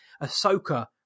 Ahsoka